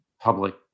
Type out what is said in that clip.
public